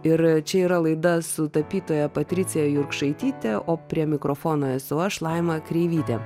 ir čia yra laida su tapytoja patricija jurkšaityte o prie mikrofono esu aš laima kreivytė